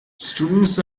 students